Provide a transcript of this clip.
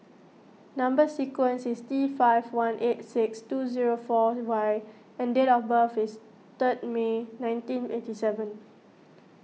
Number Sequence is T five one eight six two zero four Y and date of birth is third May nineteen eighty seven